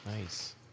Nice